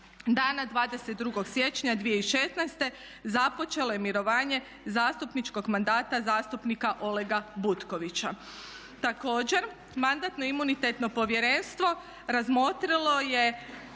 Dana 22. siječnja 2016. započelo je mirovanje zastupničkog mandata zastupnika Olega Butkovića. Također, Mandatno-imunitetno povjerenstvo razmotrilo je